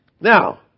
Now